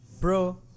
Bro